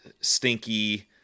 stinky